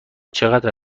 چقدر